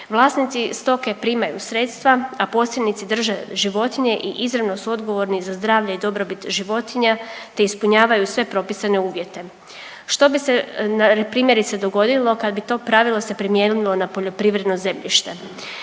Vlasnici stoke primaju sredstva, a posjednici drže životinje i izravno su odgovorni za zdravlje i dobrobit životinja te ispunjavaju sve propisane uvjete. Što bi se primjerice, dogodilo kad bi to pravilo se primijenilo na poljoprivredno zemljište?